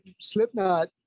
Slipknot